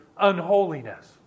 unholiness